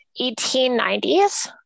1890s